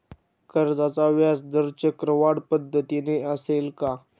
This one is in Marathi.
कर्जाचा व्याजदर चक्रवाढ पद्धतीने असेल का?